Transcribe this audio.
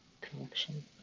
Connection